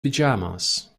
pyjamas